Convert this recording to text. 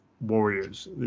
warriors